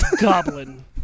goblin